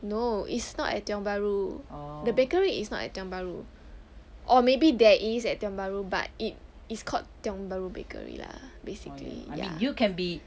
no it's not at tiong bahru the bakery is not at tiong bahru or maybe there is at tiong bahru but it is called tiong bahru bakery lah basically ya